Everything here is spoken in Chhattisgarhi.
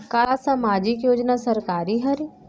का सामाजिक योजना सरकारी हरे?